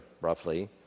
roughly